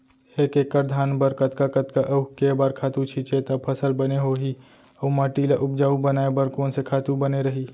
एक एक्कड़ धान बर कतका कतका अऊ के बार खातू छिंचे त फसल बने होही अऊ माटी ल उपजाऊ बनाए बर कोन से खातू बने रही?